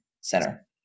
center